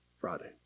Friday